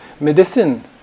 medicine